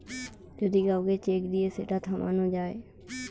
যদি কাউকে চেক দিয়ে সেটা থামানো যায়